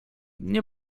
nie